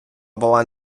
була